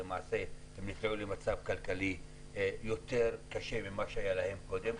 למעשה הם נקלעו למצב כלכלי יותר קשה ממה שהיה להם קודם.